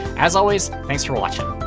as always, thanks for watching.